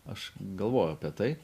aš galvojau apie tai